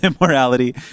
immorality